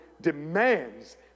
demands